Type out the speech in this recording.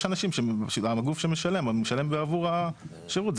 הגוף שמשלם הוא משלם בעבור השירות.